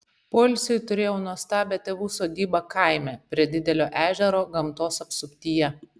poilsiui turėjau nuostabią tėvų sodybą kaime prie didelio ežero gamtos apsuptyje